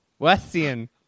Westian